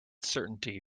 certainty